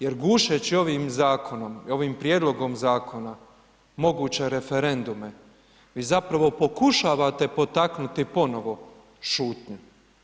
Jer gušeći ovim zakonom, ovim prijedlogom Zakona, moguće referendume, vi zapravo pokušavate potaknuti ponovno šutnju.